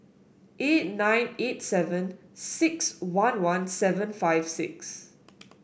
eight nine eight seven six one one seven five six